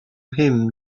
him